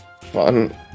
fun